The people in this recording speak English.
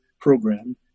program